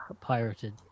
pirated